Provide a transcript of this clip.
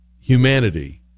humanity